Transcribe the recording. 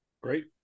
Great